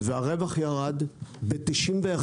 והרווח ירד ב-91.5%.